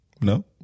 No